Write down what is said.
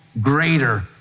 greater